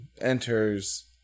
enters